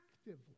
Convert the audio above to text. actively